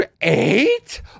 Eight